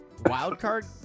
wildcard